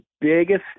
biggest